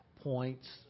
points